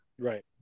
Right